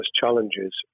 challenges